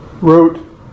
wrote